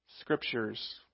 scriptures